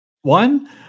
One